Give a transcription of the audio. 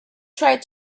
tried